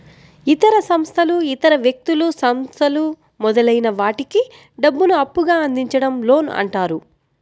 ఇతర సంస్థలు ఇతర వ్యక్తులు, సంస్థలు మొదలైన వాటికి డబ్బును అప్పుగా అందించడం లోన్ అంటారు